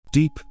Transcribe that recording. Deep